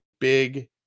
big